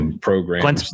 program